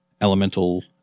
elemental